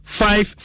five